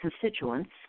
constituents